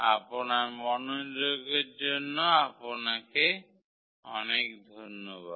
আপনার মনোযোগের জন্য আপনাকে ধন্যবাদ